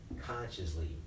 consciously